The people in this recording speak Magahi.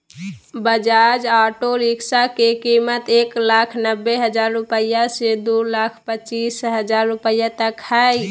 बजाज ऑटो रिक्शा के कीमत एक लाख नब्बे हजार रुपया से दू लाख पचीस हजार रुपया तक हइ